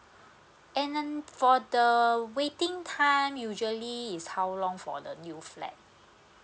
and then for the waiting time usually is how long for the new flat